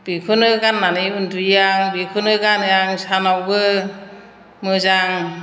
बेखौनो गाननानै उन्दुयो आं बेखौनो गानो आं सानावबो मोजां